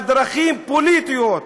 בדרכים פוליטיות,